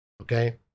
okay